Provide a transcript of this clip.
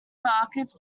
markets